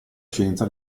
scienza